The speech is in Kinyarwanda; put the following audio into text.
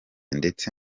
ndetse